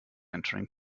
entering